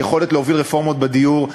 לגבי היכולת להוביל רפורמות בדיור.